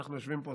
אנחנו יושבים פה,